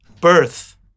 Birth